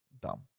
dumb